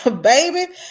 Baby